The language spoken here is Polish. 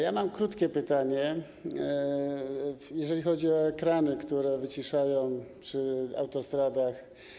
Ja mam krótkie pytanie, jeżeli chodzi o ekrany, które wyciszają hałas przy autostradach.